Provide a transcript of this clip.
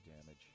damage